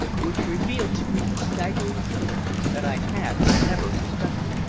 which revealed to me a staggering truth that i had never suspected.